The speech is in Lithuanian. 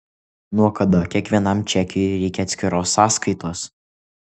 nuo kada kiekvienam čekiui reikia atskiros sąskaitos